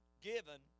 given